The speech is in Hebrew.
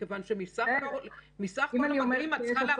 כוועדה שמפקחת על הדברים חייבים לתת את